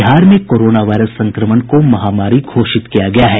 बिहार में corona virus संक्रमण को महामारी घोषित किया गया है